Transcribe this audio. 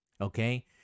Okay